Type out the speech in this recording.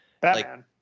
Batman